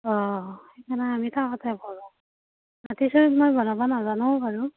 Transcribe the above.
অঁ সেইকাৰণে আমি তাৱাতে পুৰো মাটিৰ চৰুত মই বনাবা নাজানোও বাৰু